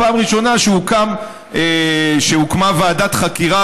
בפעם הראשונה הוקמה ועדת חקירה,